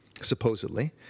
supposedly